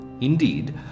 Indeed